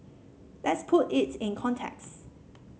let's put it in context